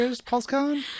PulseCon